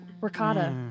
ricotta